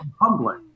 humbling